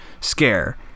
scare